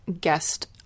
guest